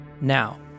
Now